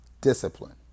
Discipline